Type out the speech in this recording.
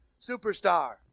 superstar